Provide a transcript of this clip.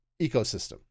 ecosystem